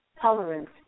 tolerance